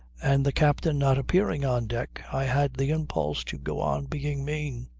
and the captain not appearing on deck, i had the impulse to go on being mean.